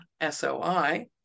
S-O-I